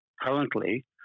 currently